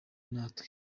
natwe